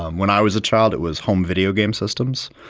um when i was a child it was home video game systems.